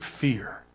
fear